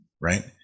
Right